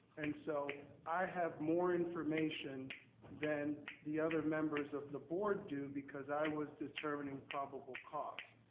and so i have more information than the other members of the board do, because i was determining probable cause.